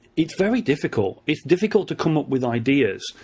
it's very difficult. it's difficult to come up with ideas,